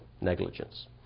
negligence